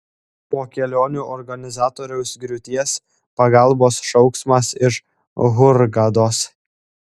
po kelionių organizatoriaus griūties pagalbos šauksmas iš hurgados